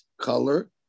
color